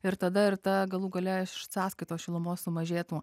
ir tada ir ta galų gale sąskaitos šilumos sumažėtų